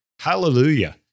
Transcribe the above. Hallelujah